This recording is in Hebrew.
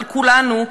אבל כולנו,